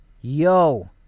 Yo